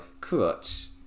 Crutch